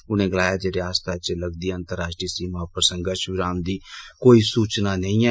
उनें गलाया जे रियासता च लगदी अंतर्राष्ट्रीय सीमा उप्पर संघर्ष विराम दी कोई सूचना नेई ऐ